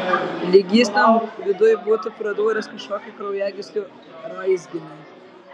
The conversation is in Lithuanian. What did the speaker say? lyg jis ten viduj būtų pradūręs kažkokį kraujagyslių raizginį